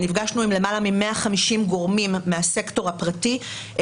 נפגשנו עם למעלה מ-150 גורמים מהסקטור הפרטי,